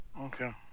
Okay